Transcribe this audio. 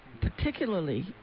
particularly